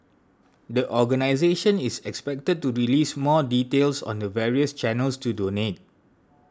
the organisation is expected to release more details on the various channels to donate